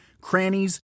crannies